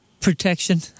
protection